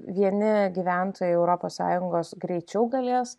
vieni gyventojai europos sąjungos greičiau galės